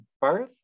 birth